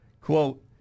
quote